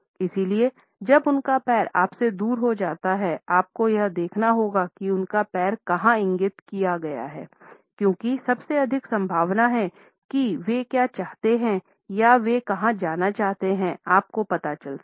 इसलिए जब उनका पैर आपसे दूर जाता है आपको यह देखने होगा कि उनके पैर कहाँ इंगित किया गया है क्योंकि सबसे अधिक संभावना है कि वे क्या चाहते हैं या वे कहाँ जाना चाहते हैं आप को पता चल सके